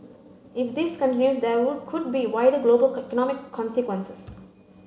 if this continues there would could be wider global economic consequences